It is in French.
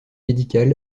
médical